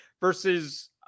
versus